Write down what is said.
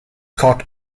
caught